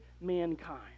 mankind